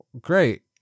Great